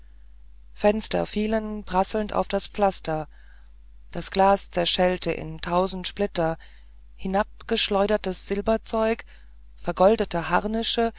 fenster fielen prasselnd auf das pflaster das glas zerschellte in tausend splitter hinabgeschleudertes silberzeug vergoldete harnische